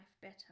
better